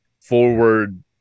forward